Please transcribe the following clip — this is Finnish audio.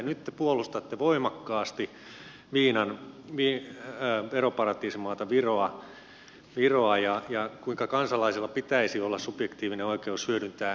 nyt te puolustatte voimakkaasti viinan veroparatiisimaata viroa ja sitä kuinka kansalaisilla pitäisi olla subjektiivinen oikeus hyödyntää veroparatiiseja